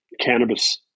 cannabis